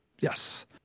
Yes